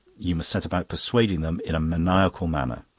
you must set about persuading them in a maniacal manner.